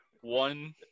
One